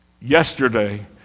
Yesterday